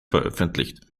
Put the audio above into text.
veröffentlicht